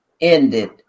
ended